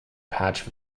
patch